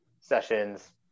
sessions